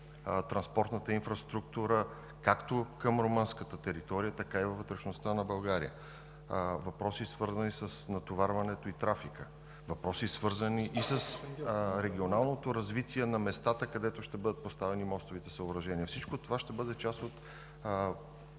транспортната инфраструктура както към румънската територия, така и във вътрешността на България; въпроси, свързани с натоварването и трафика; въпроси, свързани и с регионалното развитие на местата, където ще бъдат поставени мостовите съоръжения. Всичко това ще бъде част от